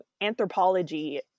anthropology